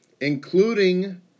including